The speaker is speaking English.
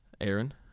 Aaron